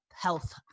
health